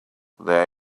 there